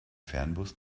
fernbus